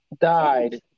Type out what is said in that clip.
died